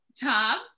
Tom